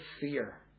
fear